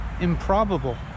improbable